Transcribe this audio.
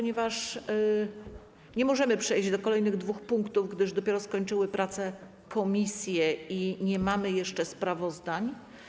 Nie możemy przejść do kolejnych dwóch punktów, gdyż komisje dopiero skończyły pracę i nie mamy jeszcze sprawozdań.